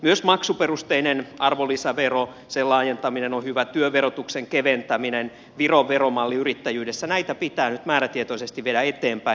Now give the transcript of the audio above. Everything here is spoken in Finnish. myös maksuperusteisen arvonlisäveron laajentaminen on hyvä kuten työn verotuksen keventäminen ja viron veromalli yrittäjyydessä näitä pitää nyt määrätietoisesti viedä eteenpäin